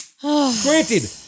Granted